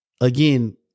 again